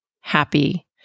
happy